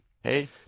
Hey